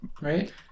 right